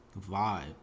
vibe